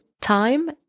time